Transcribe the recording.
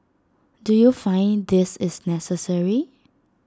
do you find this is necessary